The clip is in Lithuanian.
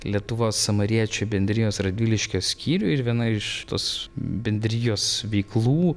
lietuvos samariečių bendrijos radviliškio skyriui ir viena iš tos bendrijos veiklų